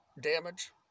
damage